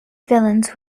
villains